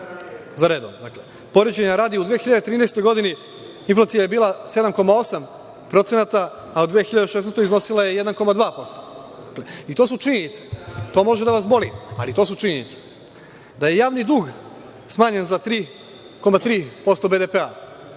za redom. Poređenja radi, u 2013. godini inflacija je bila 7,8%, a u 2016. iznosila je 1,2%. Dakle, to su činjenice. To može da vas boli, ali to su činjenice. Javni dug smanjen je za 3,3% BDP-a,